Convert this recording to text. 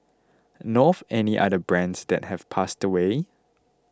know of any other brands that have passed away